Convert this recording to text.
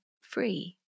free